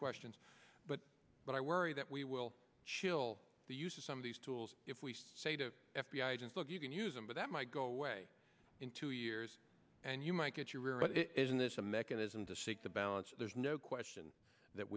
questions but then i worry that we will chill the use of some of these tools if we say to f b i agents look you can use them but that might go away in two years and you might get your what isn't this a mechanism to shake the balance there's no question that